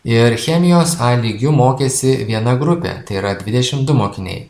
ir chemijos a lygiu mokėsi viena grupė tai yra dvidešim du mokiniai